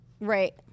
Right